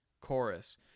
chorus